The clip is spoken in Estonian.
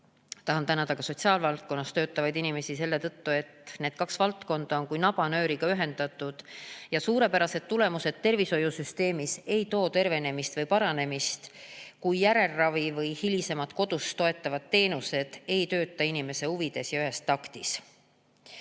Tahan tänada ka sotsiaalvaldkonnas töötavaid inimesi, selle tõttu, et need kaks valdkonda on kui nabanööriga ühendatud. Suurepärased tulemused tervishoiusüsteemis ei too tervenemist või paranemist, kui järelravi või hilisemad koduselt toetavad teenused ei tööta inimese huvides ja ühes taktis.